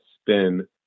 spin